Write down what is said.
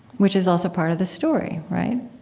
which is also part of the story. right?